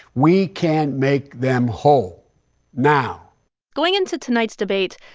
we can make them whole now going into tonight's debate,